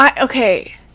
Okay